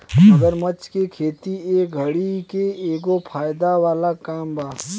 मगरमच्छ के खेती ए घड़ी के एगो फायदा वाला काम बा